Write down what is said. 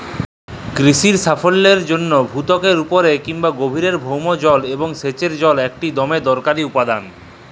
কিসির সাফল্যের লাইগে ভূত্বকের উপরে কিংবা গভীরের ভওম জল এবং সেঁচের জল ইকট দমে দরকারি উপাদাল